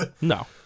No